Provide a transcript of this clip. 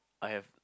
I have